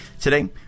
Today